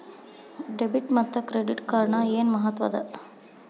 Debit ಮತ್ತ credit ಕಾರ್ಡದ್ ಏನ್ ಮಹತ್ವ ಅದ?